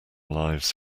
lives